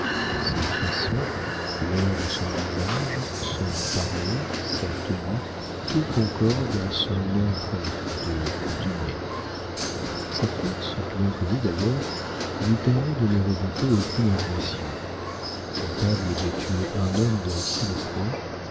ses façons l'air de son visage son parler sa tenue tout concorde à son nom bref de dumay sa force bien connue d'ailleurs lui permet de ne redouter aucune agression capable de tuer un homme d'un coup de poing